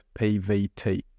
PVT